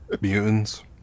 Mutants